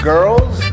Girls